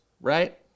right